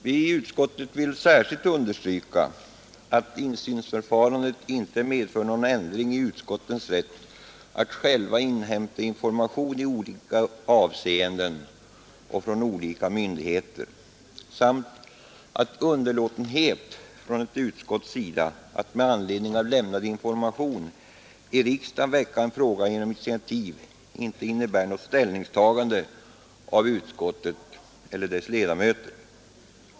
Vi i utskottet vill särskilt understryka att insynsförfarandet inte medför någon ändring i utskottens rätt att själva inhämta information i olika avseenden och från olika myndigheter samt att underlåtenhet från ett utskotts sida att, med anledning av lämnad information, i riksdagen väcka en fråga genom initiativ inte innebär något ställningstagande av utskottet eller dess ledamöter.